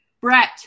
Brett